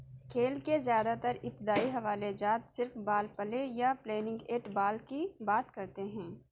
کھیل کے زیادہ تر ابتدائی حوالے جات صرف بال پلے یا پلینگ ایٹ بال کی بات کرتے ہیں